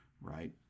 Right